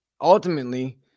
ultimately